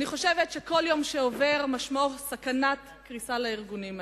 אני חושבת שכל יום שעובר משמעו סכנת קריסה לארגונים האלה.